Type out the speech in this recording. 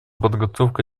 подготовка